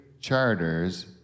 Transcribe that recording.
Charters